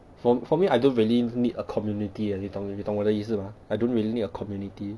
for for me I don't really need a community eh 你懂你懂我的意思吗 I don't really need a community